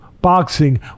boxing